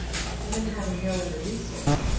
and then having no other resource,